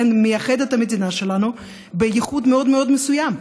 מייחד את המדינה שלנו בייחוד מאוד מאוד מסוים.